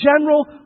general